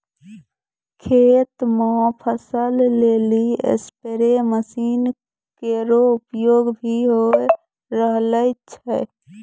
खेत म फसल लेलि स्पेरे मसीन केरो उपयोग भी होय रहलो छै